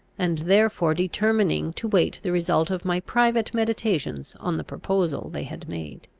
and therefore determining to wait the result of my private meditations on the proposal they had made.